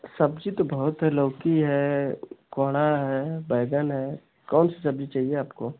सब्जी तो बहुत है लौकी है कोहणा है बैंगन है कौन सी सब्जी चाहिए आपको